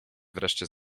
wreszcie